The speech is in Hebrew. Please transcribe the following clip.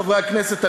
חברי הכנסת,